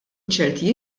ċerti